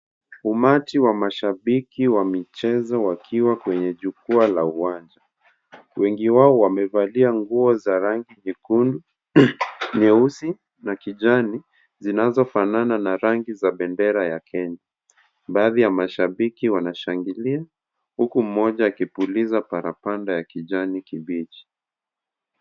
Umati wa mashabiki wa michezo wakiwa kwenye jukwaa la uwanja. Wengi wao wamevalia nguo za rangi nyekundu, nyeusi na kijani zinazofanana na rangi za bendera ya Kenya. Baadhi ya mashabiki wanashangilia, huku mmoja akipuliza parapanda ya kijani kibichi.